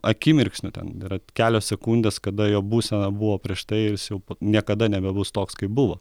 akimirksniu ten yra kelios sekundės kada jo būsena buvo prieš tai ir jis jau niekada nebebus toks kaip buvo